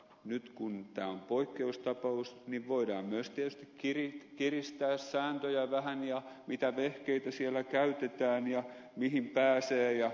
nyt kun tämä on poikkeustapaus voidaan myös tietysti kiristää sääntöjä vähän ja säädellä mitä vehkeitä siellä käytetään ja mihin pääsee ja mitäkin